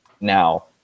Now